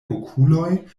okuloj